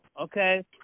okay